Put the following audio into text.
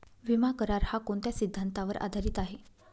विमा करार, हा कोणत्या सिद्धांतावर आधारीत आहे?